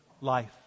life